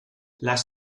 las